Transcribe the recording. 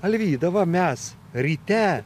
alvyda va mes ryte